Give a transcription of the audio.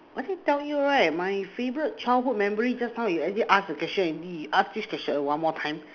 I already tell you right my favourite childhood memory just now you already ask the question already ask this question at one more time